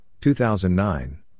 2009